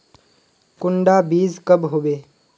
कुंडा बीज कब होबे?